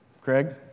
Craig